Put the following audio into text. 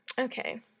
okay